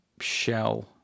shell